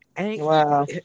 Wow